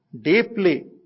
deeply